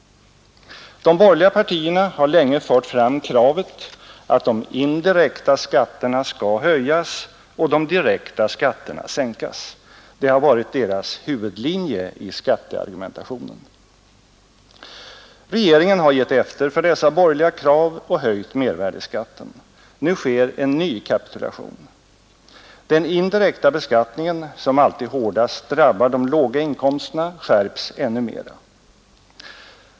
De borgerliga partierna har länge fört fram kravet att de indirekta skatterna skall höjas och de direkta skatterna sänkas. Det har varit deras huvudlinje i skatteargumentationen. Regeringen har gett efter för dessa borgerliga krav och höjt mervärdeskatten. Nu sker en ny kapitulation. Den indirekta beskattningen, som alltid hårdast drabbar de låga inkomsterna, skärps ännu mera.